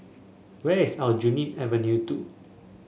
where is Aljunied Avenue Two